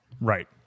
Right